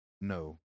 no